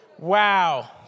Wow